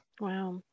Wow